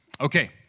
Okay